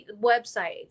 websites